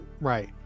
Right